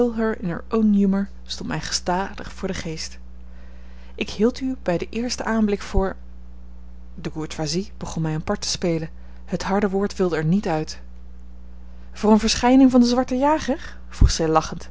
stond mij gestadig voor den geest ik hield u bij den eersten aanblik voor de courtoisie begon mij een part te spelen het harde woord wilde er niet uit voor eene verschijning van den zwarten jager vroeg zij lachend